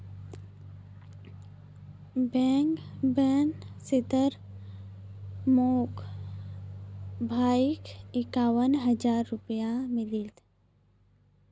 bankers बोनसोत मोर भाईक इक्यावन हज़ार रुपया मिलील